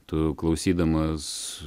tu klausydamas